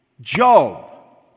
Job